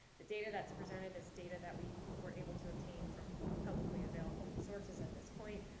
the data that's presented is data that we were able to obtain from publicly available sources at this point.